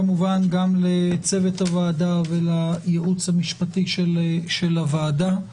כמובן גם לצוות הוועדה ולייעוץ המשפטי של הוועדה.